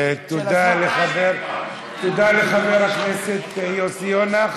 תודה לחבר הכנסת יוסי יונה.